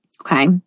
Okay